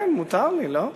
כן, מותר לי, לא?